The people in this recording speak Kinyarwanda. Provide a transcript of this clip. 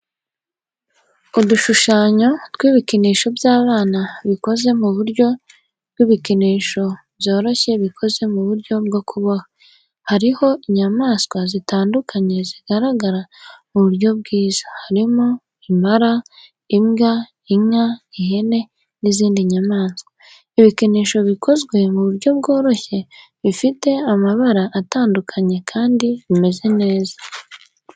Udushushanyo tw'ibikinisho by'abana bikoze mu buryo bw'ibikinisho byoroshye bikoze mu buryo bwo kuboha. Hariho inyamaswa zitandukanye zigaragara mu buryo bwiza, harimo impara, imbwa, inka, ihene, n'izindi nyamaswa. Ibikinisho bikozwe mu buryo byoroshye bifite amabara atandukanye kandi bimeze neza.